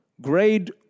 Grade